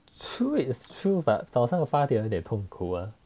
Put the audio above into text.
true is true but 早上八点会有一点痛苦啊